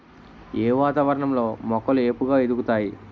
ఏ వాతావరణం లో మొక్కలు ఏపుగ ఎదుగుతాయి?